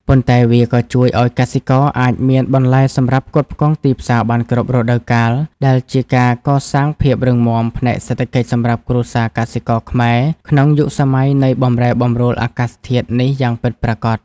ប៉ុន្តែវាក៏ជួយឱ្យកសិករអាចមានបន្លែសម្រាប់ផ្គត់ផ្គង់ទីផ្សារបានគ្រប់រដូវកាល ដែលជាការកសាងភាពរឹងមាំផ្នែកសេដ្ឋកិច្ចសម្រាប់គ្រួសារកសិករខ្មែរក្នុងយុគសម័យនៃបម្រែបម្រួលអាកាសធាតុនេះយ៉ាងពិតប្រាកដ។